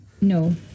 No